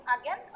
again